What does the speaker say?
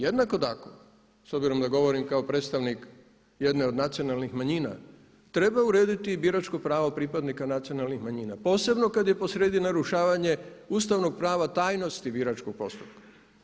Jednako tako s obzirom da govorim kao predstavnik jedne od nacionalnih manjina treba urediti biračko pravo pripadnika nacionalnih manjina, posebno kad je posrijedi narušavanje ustavnog prava tajnosti biračkog postupka.